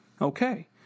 okay